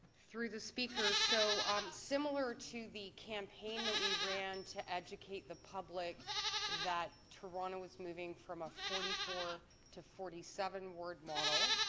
through the speaker, so um similar to the campaign that we ran to educate the public that toronto was moving from a forty four to forty seven ward model,